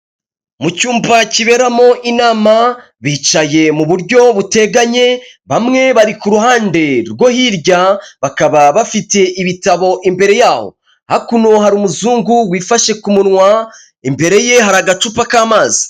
Mu cyumba bakiberamo inama bicaye mu buryo buteganye, bamwe bari ku ruhande rwo hirya bakaba bafite ibitabo imbere yaho, hakuno hari umuzungu wifashe ku munwa, imbere ye hari agacupa k'amazi.